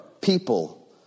people